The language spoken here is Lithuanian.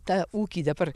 tą ūkį dabar